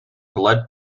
blood